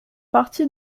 partie